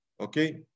Okay